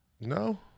No